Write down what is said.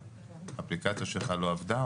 האפליקציה שלך לא עבדה,